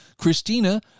Christina